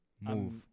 move